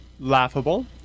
laughable